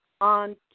on